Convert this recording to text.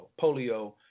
polio